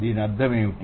దాని అర్థం ఏమిటి